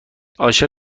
عاشق